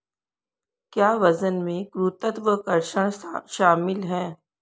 क्या वजन में गुरुत्वाकर्षण शामिल है?